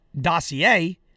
dossier